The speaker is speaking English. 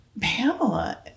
Pamela